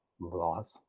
Loss